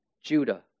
Judah